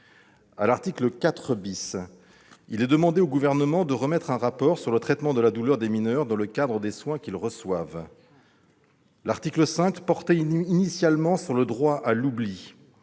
À l'article 4 , il est demandé au Gouvernement de remettre un rapport sur le traitement de la douleur des mineurs dans le cadre des soins qu'ils reçoivent. L'article 5 portait initialement sur le droit à l'oubli,